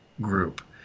group